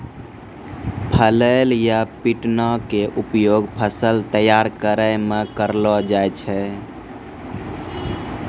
flail या पिटना के उपयोग फसल तैयार करै मॅ करलो जाय छै